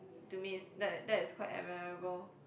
to me is that that is quite admirable